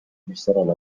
misjärel